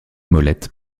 molette